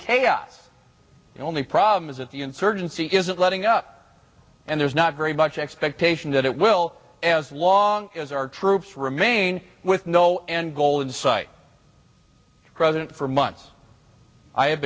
the only problem is that the insurgency isn't letting up and there's not very much expectation that it will as long as our troops remain with no end goal in sight the president for months i ha